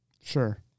Sure